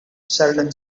sheldon